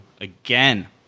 again